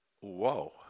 whoa